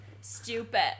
Stupid